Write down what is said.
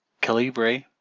Calibre